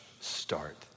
start